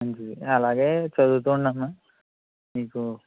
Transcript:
అలాగే చదువుతూ ఉందమ్మా నీకు